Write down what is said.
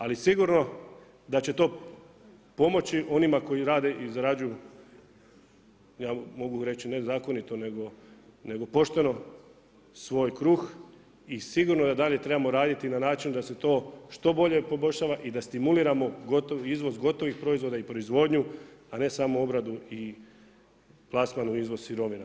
Ali sigurno da će to pomoći onima koji rade i zarađuju ja mogu reći ne zakonito, nego pošteno svoj kruh i sigurno da dalje trebamo raditi na način da se to što bolje poboljša i da stimuliramo izvoz gotovih proizvoda i proizvodnju, a ne samo obradu i plasman i izvoz sirovina.